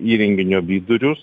įrenginio vidurius